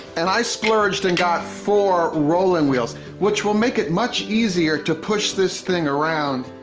and i splurged and got four rolling wheels. which will make it much easier to push this thing around.